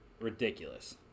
Ridiculous